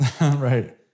Right